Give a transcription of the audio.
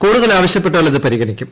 കൂടുതൽ ആവശ്യപ്പെട്ടാൽ അത് പരിഗണിക്കും